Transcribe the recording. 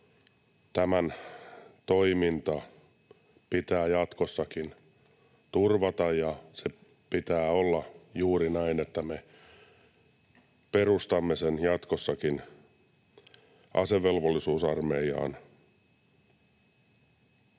tämä toiminta pitää jatkossakin turvata. Sen pitää olla juuri näin, että me perustamme sen jatkossakin asevelvollisuusarmeijaan.